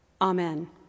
Amen